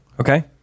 Okay